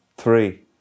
Three